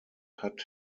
hat